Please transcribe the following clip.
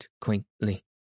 quaintly